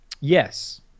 Yes